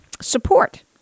support